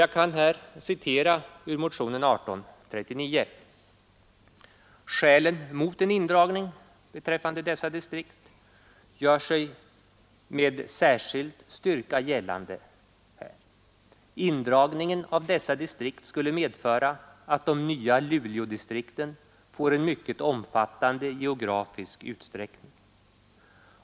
Jag kan här citera ur motionen 1839: ”Indragningen av dessa distrikt medför att de nya Luleådistrikten får en mycket omfattande geografisk utsträckning.